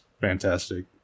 fantastic